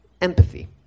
empathy